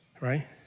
right